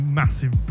massive